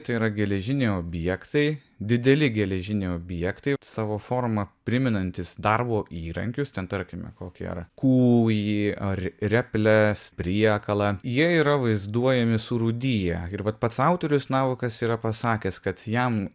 tai yra geležiniai objektai dideli geležiniai objektai savo forma primenantys darbo įrankius ten tarkime kokį ar kūjį ar reples priekalą jie yra vaizduojami surūdiję ir vat pats autorius navakas yra pasakęs kad jam